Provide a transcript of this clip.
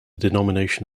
denomination